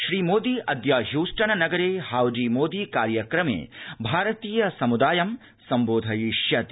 श्रीमोदी अद्य द्यस्टन नगरे हाउडी मोदी कार्यक्रमे भारतीय समृदाय संबोधयिष्यति